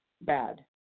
bad